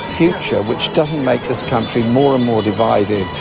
future which doesn't make this country more and more divided,